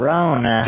Rona